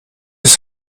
his